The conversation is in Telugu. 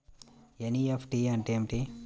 ఎన్.ఈ.ఎఫ్.టీ అంటే ఏమిటీ?